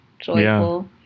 joyful